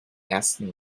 ersten